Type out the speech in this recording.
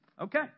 Okay